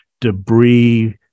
debris